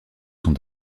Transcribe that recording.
sont